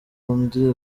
undi